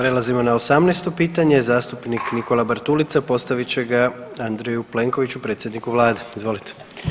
Prelazimo na 18. pitanje, zastupnik Nikola Bartulica postavit će ga Andreju Plenkoviću, predsjedniku Vlade, izvolite.